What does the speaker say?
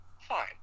fine